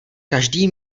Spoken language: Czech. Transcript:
každý